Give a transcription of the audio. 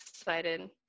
excited